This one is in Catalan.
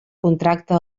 contracte